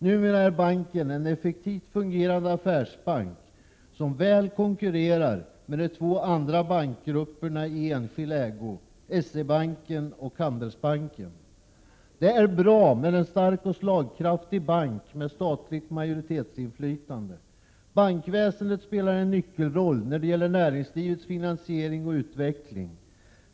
Numera är banken en effektivt fungerande affärsbank, som väl konkurrerar med de två andra bankgrupperna i enskild ägo — S-E-Banken och Handelsbanken. Det är bra med en stark och slagkraftig bank med statligt majoritetsinflytande. Bankväsendet spelar en nyckelroll när det gäller näringslivets finansiering och utveckling.